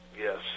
Yes